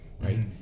right